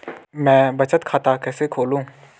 मैं बचत खाता कैसे खोलूँ?